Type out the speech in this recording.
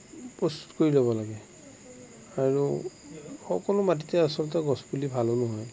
পুষ্ট কৰি ল'ব লাগে আৰু সকলো মাটিতে আচলতে গছপুলি ভালো নহয়